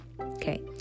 okay